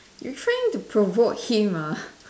you trying to provoke him ah